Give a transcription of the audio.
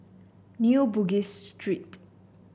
New Bugis Street